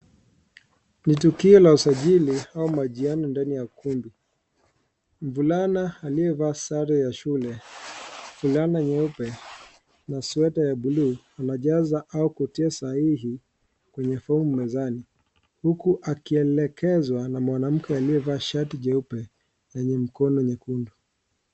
Ni tukio la usajili au majiano ndani ya ukumbi. Mvulana aliyeva sare ya shule, fulana nyeupe na sweta ya bluu anajaza au kutia sahihi kwenye fomu mezani huku akielekezwa na mwanamke aliyevaa shati jeupe lenye mkono nyekundu.